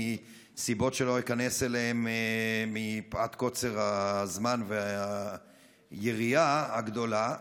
מסיבות שלא איכנס אליהן מפאת קוצר הזמן והיריעה הגדולה.